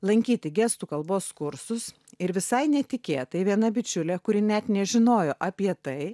lankyti gestų kalbos kursus ir visai netikėtai viena bičiulė kuri net nežinojo apie tai